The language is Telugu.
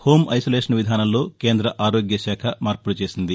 హోం ఐసాలేషన్ విధానంలో కేంద్ర ఆరోగ్య శాఖ మార్పులు చేసింది